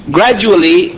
Gradually